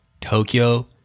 Tokyo